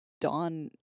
Dawn